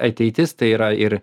ateitis tai yra ir